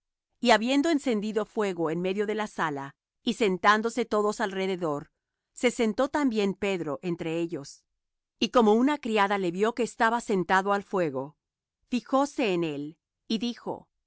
y habiendo encendido fuego en medio de la sala y sentándose todos alrededor se sentó también pedro entre ellos y como una criada le vió que estaba sentado al fuego fijóse en él y dijo